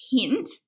hint